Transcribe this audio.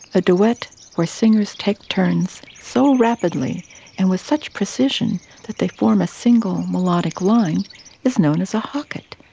a duet where singers take turns so rapidly and with such precision that they form a single melodic line is known as a hocket,